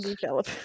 develop